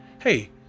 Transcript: Hey